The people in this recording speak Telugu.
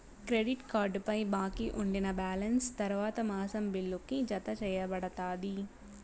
క్రెడిట్ కార్డుపై బాకీ ఉండినా బాలెన్స్ తర్వాత మాసం బిల్లుకి, జతచేయబడతాది